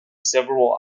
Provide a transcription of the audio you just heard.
several